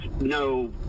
no